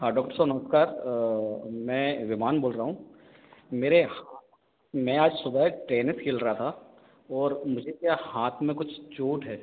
हाँ डॉक्टर साहब नमस्कार मैं विमान बोल रहा हूँ मेरे मैं आज सुबह टेनिस खेल रहा था और मुझे क्या हाथ में कुछ चोट है